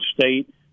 State